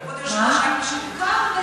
לדבר אז תשמעו שהיא אומרת מה שאתם רוצים.